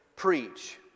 Preach